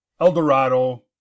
Eldorado